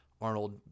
Arnold